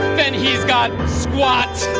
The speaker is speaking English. then he's got squat.